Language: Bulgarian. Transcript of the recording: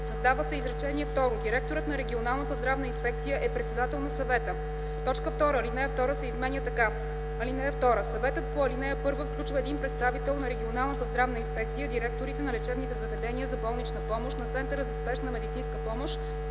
създава се изречение второ: „Директорът на регионалната здравна инспекция е председател на съвета.” 2. Алинея 2 се изменя така: „(2) Съветът по ал. 1 включва един представител на регионалната здравна инспекция, директорите на лечебните заведения за болнична помощ, на центъра за спешна медицинска помощ